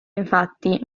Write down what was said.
infatti